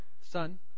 Son